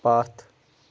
پتھ